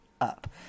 up